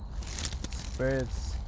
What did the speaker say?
Spirits